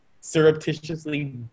surreptitiously